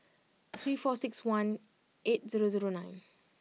three four six one eight zero zero nine